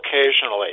occasionally